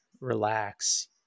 relax